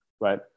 right